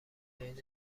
مید